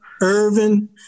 Irvin